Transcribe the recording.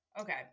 Okay